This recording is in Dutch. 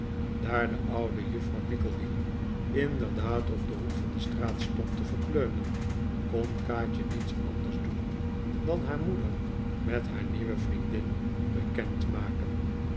daar de oude juffrouw nickleby inderdaad op den hoek van de straat stond te verkleumen kon kaatje niets anders doen dan haar moeder met haar nieuwe vriendin bekend maken